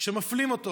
מזה שמפלים אותו.